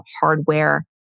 hardware